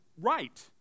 right